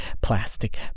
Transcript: plastic